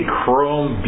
chrome